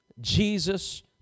Jesus